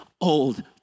Old